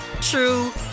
true